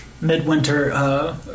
midwinter